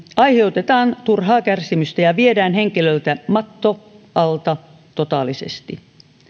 aiheutetaan turhaa kärsimystä ja viedään henkilöltä matto alta totaalisesti